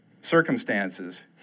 circumstances